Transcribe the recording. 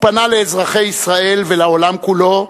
הוא פנה לאזרחי ישראל ולעולם כולו,